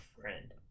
friend